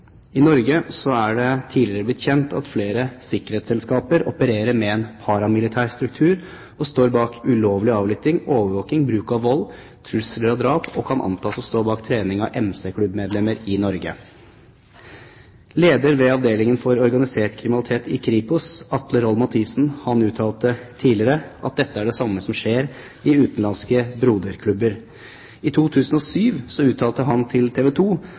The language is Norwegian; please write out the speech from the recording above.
I Norge er det tidligere blitt kjent at flere sikkerhetsselskaper opererer med en paramilitær struktur og står bak ulovlig avlytting, overvåking, bruk av vold, trusler og drap og kan antas å stå bak trening av MC-klubbmedlemmer i Norge. Leder ved avdelingen for organisert kriminalitet i Kripos, Atle Roll-Matthiesen, har tidligere uttalt at dette er det samme som skjer i utenlandske broderklubber. I 2007 uttalte han til